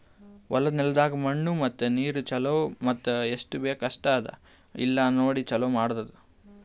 ಹೊಲದ ನೆಲದಾಗ್ ಮಣ್ಣು ಮತ್ತ ನೀರು ಛಲೋ ಮತ್ತ ಎಸ್ಟು ಬೇಕ್ ಅಷ್ಟೆ ಅದಾ ಇಲ್ಲಾ ನೋಡಿ ಛಲೋ ಮಾಡದು